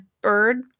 bird